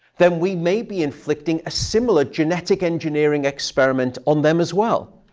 then we may be inflicting a similar genetic engineering experiment on them as well.